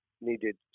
needed